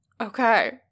Okay